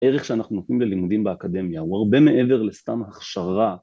ערך שאנחנו נותנים ללימודים באקדמיה הוא הרבה מעבר לסתם הכשרה